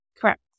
Correct